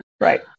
Right